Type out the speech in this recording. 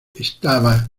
estaba